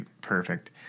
perfect